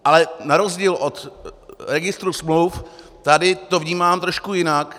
Ale na rozdíl od registru smluv tady to vnímám trošku jinak.